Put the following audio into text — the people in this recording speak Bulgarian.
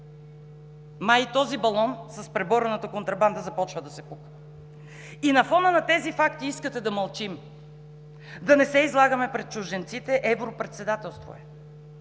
Май и този балон с преборената контрабанда започва да се пука. И на фона на тези факти искате да мълчим?! Да не се излагаме пред чужденците – Европредседателство е!